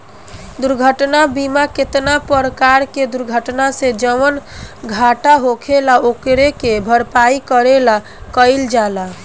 दुर्घटना बीमा केतना परकार के दुर्घटना से जवन घाटा होखेल ओकरे भरपाई करे ला कइल जाला